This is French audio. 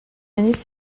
années